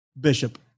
Bishop